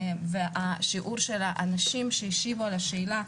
והשיעור של האנשים שהשיבו על השאלה: